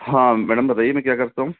हाँ मैडम बताइये मैं क्या कर सकता हूँ